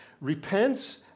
repents